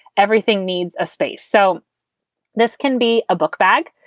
everything needs a space. so this can be a book bag.